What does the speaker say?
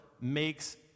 makes